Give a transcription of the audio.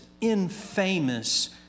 infamous